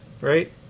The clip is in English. right